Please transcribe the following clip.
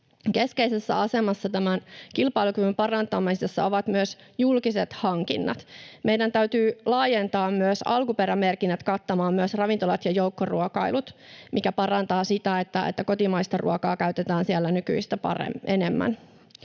Keskeisessä asemassa kilpailukyvyn parantamisessa ovat myös julkiset hankinnat. Meidän täytyy laajentaa alkuperämerkinnät kattamaan myös ravintolat ja joukkoruokailut, mikä parantaa sitä, että kotimaista ruokaa käytetään siellä nykyistä enemmän.